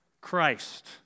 Christ